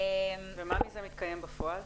ומה מזה מתקיים בפועל?